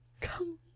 Come